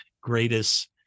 greatest